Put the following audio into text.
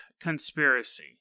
conspiracy